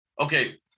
okay